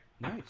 Nice